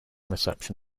reception